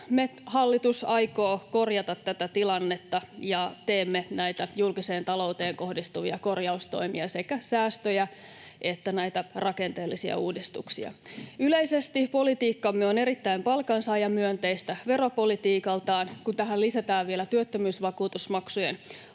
hallitus aikoo korjata tätä tilannetta ja teemme näitä julkiseen talouteen kohdistuvia korjaustoimia, sekä säästöjä että näitä rakenteellisia uudistuksia. Yleisesti politiikkamme on erittäin palkansaajamyönteistä veropolitiikaltaan. Kun tähän lisätään vielä työttömyysvakuutusmaksujen alentuminen,